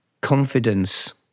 confidence